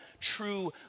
true